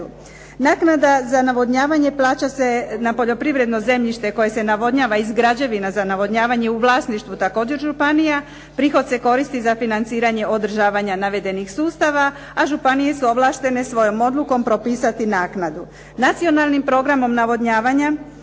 Naknada za navodnjavanje plaća se na poljoprivredno zemljište koje se navodnjava iz građevina za navodnjavanje u vlasništvu također županija, prihod se koristi za financiranje održavanja navedenih sustava, a županije su ovlaštene svojom odlukom propisati naknadu. Nacionalnim programom navodnjavanja